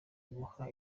guha